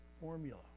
formula